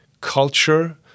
culture